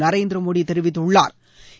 நரேந்திர மோடி தெரிவித்துள்ளாா்